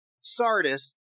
Sardis